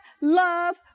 love